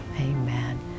Amen